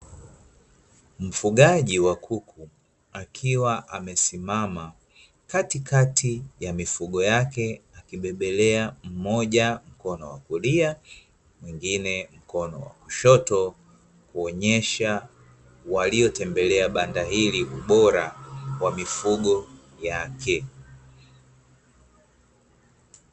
Mfugaji wa kuku akiwa amesimama katikati ya mifugo yake, akibebelea mmoja upande wa kulia na mwingine upande wa kushoto akiwaonesha waliotembelea banda hili bora wa mifugo yake.